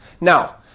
Now